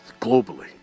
globally